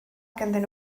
ganddyn